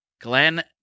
Glenn